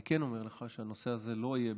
אני כן אומר לך שהנושא הזה לא יהיה